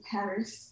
Paris